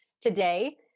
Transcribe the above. today